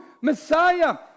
Messiah